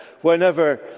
whenever